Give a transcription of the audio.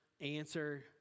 answer